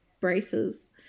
braces